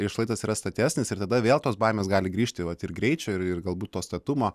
jei šlaitas yra statesnės ir tada vėl tos baimės gali grįžti vat ir greičio ir galbūt to statumo